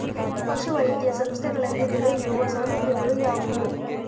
ಪಶುವೈದ್ಯ ಸಂಸ್ಥೆಗಳಲ್ಲಿ ದೊರೆಯುವ ಸೌಲಭ್ಯಗಳು ಯಾವುವು?